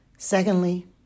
Secondly